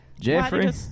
Jeffrey